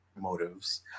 motives